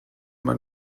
man